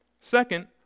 Second